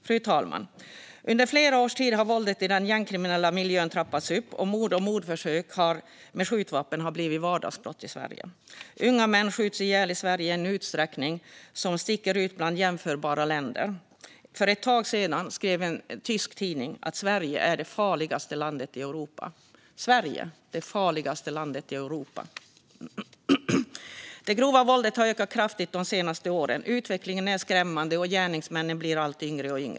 Fru talman! Under flera års tid har våldet i den gängkriminella miljön trappats upp, och mord och mordförsök med skjutvapen har blivit vardagsbrott i Sverige. Unga män skjuts ihjäl i Sverige i en utsträckning som sticker ut bland jämförbara länder. För ett tag sedan skrev en tysk tidning att Sverige är det farligaste landet i Europa - Sverige, det farligaste landet i Europa! Det grova våldet har ökat kraftigt de senaste åren. Utvecklingen är skrämmande, och gärningsmännen blir allt yngre.